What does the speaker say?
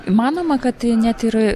manoma kad net ir